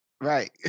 Right